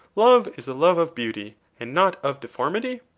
love is the love of beauty and not of deformity?